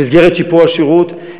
במסגרת שיפור השירות,